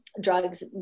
drugs